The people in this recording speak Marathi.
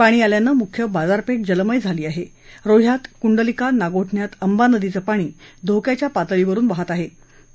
पाणी आल्यानं मुख्य बाजारपर्व जलमय झाली आह जीह्यात कुंडलिका नागोठण्यात अंबा नदीचं पाणी धोक्याच्या पातळीवरून वहात आह